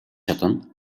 чадна